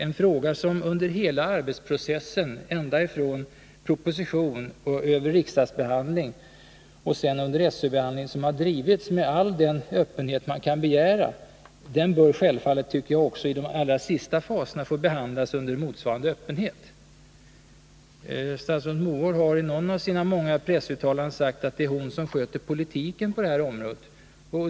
En fråga som under hela arbetsprocessen, alltifrån proposition och riksdagsbeslut och sedan över SÖ-behandling, har drivits med all den öppenhet man kan begära bör självfallet också i sina sista faser få behandlas under motsvarande öppenhet. Statsrådet Mogård har i något av sina många pressuttalanden sagt att det är hon som sköter politiken på det här området.